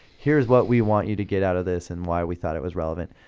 here's what we want you to get out of this, and why we thought it was relevant.